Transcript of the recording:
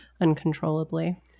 uncontrollably